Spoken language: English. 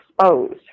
exposed